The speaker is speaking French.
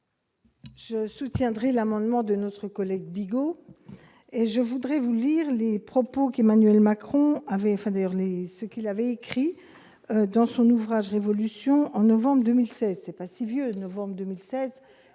Je soutiendrai l'amendement de notre collègue et je voudrais vous lire les propos qu'Emmanuel Macron avait fait d'ailleurs, mais ce qu'il avait écrit dans son ouvrage révolutions en novembre 2000